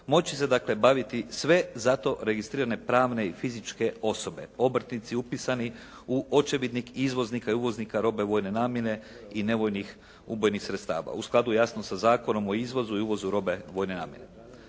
će se dakle baviti sve za to registrirane pravne i fizičke osobe, obrtnici upisani u očevidnik izvoznika i uvoznika robe vojne namjene i nevojnih ubojnih sredstava. U skladu jasno sa Zakonom o izvozu i uvozu robe vojne namjene.